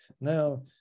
now